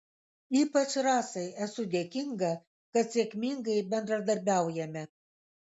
ypač rasai esu dėkinga kad sėkmingai bendradarbiaujame